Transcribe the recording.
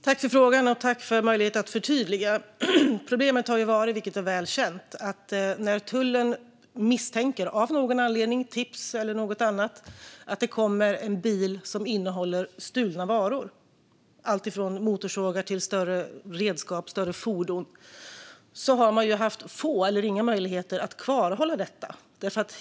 Fru talman! Jag tackar för frågan och för möjligheten att förtydliga. Problemet har ju varit, vilket är väl känt, att tullen har haft få eller inga möjligheter att kvarhålla fordonet när man av någon anledning - tips eller annat - misstänker att det kommer en bil som innehåller stulna varor, alltifrån motorsågar till större redskap och större fordon.